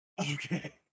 okay